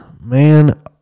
Man